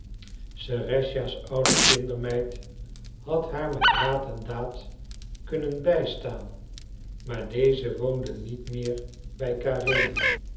serëscha's oude kindermeid had haar met raad en daad kunnen bijstaan maar deze woonde niet meer bij karenin